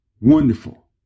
wonderful